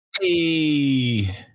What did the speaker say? Hey